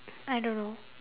I don't know